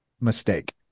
mistake